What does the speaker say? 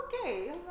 okay